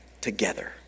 together